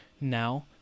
Now